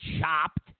chopped